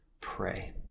pray